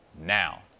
now